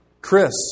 Chris